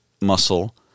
muscle